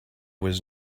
was